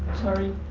sorry.